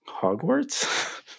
Hogwarts